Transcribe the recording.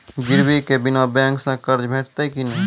गिरवी के बिना बैंक सऽ कर्ज भेटतै की नै?